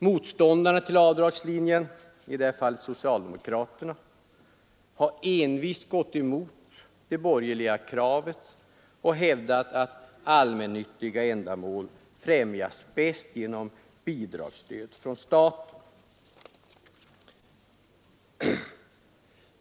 Motståndarna till avdragslinjen — i det här fallet socialdemokraterna — har envist gått emot det borgerliga kravet och hävdat att allmännyttiga ändamål främjas bäst genom bidragsstöd från staten.